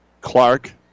Clark